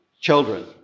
children